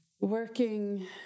working